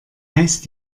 heißt